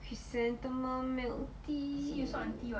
chrysanthemum milk tea